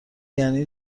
یعنی